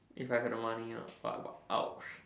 if I had the money ah but I got !ouch!